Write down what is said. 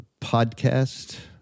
podcast